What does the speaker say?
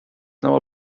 never